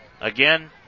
Again